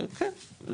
כן,